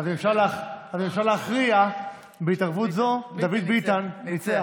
אז אם אפשר להכריע, בהתערבות זו דוד ביטן ניצח.